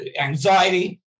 anxiety